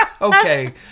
Okay